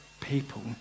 people